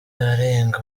arenga